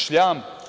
Šljam.